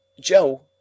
Joe